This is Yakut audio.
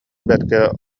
бэркэ